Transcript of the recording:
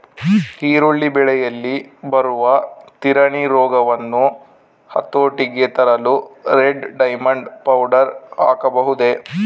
ಈರುಳ್ಳಿ ಬೆಳೆಯಲ್ಲಿ ಬರುವ ತಿರಣಿ ರೋಗವನ್ನು ಹತೋಟಿಗೆ ತರಲು ರೆಡ್ ಡೈಮಂಡ್ ಪೌಡರ್ ಹಾಕಬಹುದೇ?